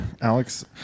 Alex